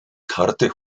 karte